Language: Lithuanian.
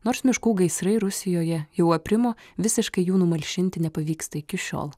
nors miškų gaisrai rusijoje jau aprimo visiškai jų numalšinti nepavyksta iki šiol